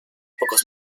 pocos